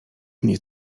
mnie